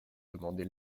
demander